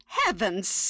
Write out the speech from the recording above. heaven's